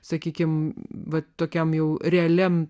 sakykime va tokiam jau realiam